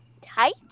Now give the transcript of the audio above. Tight